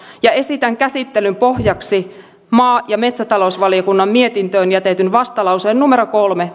ja esitän käsittelyn pohjaksi maa ja metsätalousvaliokunnan mietintöön jätetyn vastalauseen kolme